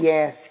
Yes